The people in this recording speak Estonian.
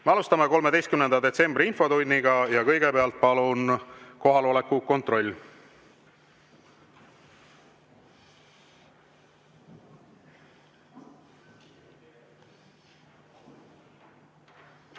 Me alustame 13. detsembri infotundi ja kõigepealt palun kohaloleku kontroll.